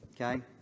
okay